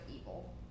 Evil